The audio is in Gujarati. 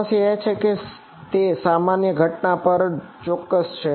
સમસ્યા એ છે કે તે સામાન્ય ઘટના પર જ ચોક્કસ છે